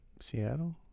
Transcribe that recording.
seattle